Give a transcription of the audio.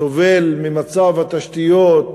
סובל ממצב התשתיות,